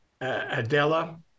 Adela